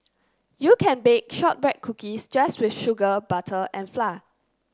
you can bake shortbread cookies just with sugar butter and flour